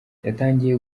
yatangiye